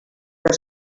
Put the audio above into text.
que